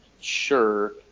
sure